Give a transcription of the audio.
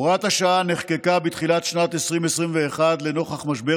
הוראת השעה נחקקה בתחילת שנת 2021 לנוכח משבר